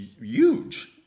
huge